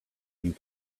you